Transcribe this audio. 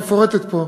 מפורטת פה,